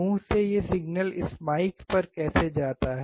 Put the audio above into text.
मुंह से यह सिग्नल इस माइक पर कैसे जाता है